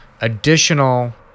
additional